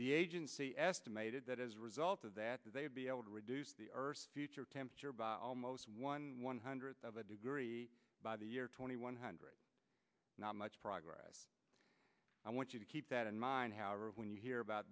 the agency estimated that as a result of that they would be able to reduce the earth's future temperature by almost one one hundredth of a degree by the year twenty one hundred not much progress i want you to keep that in mind however when you hear about